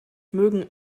mögen